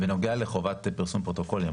בנוגע לחובת פרסום פרוטוקולים,